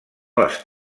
les